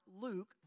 Luke